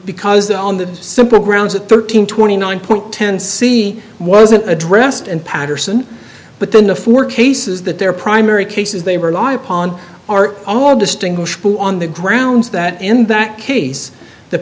because that on the simple grounds of thirteen twenty nine point ten c wasn't addressed and patterson but then the four cases that their primary cases they were law upon are all distinguishable on the grounds that in that case the